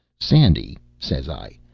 sandy, says i,